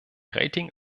rating